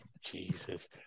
Jesus